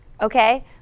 okay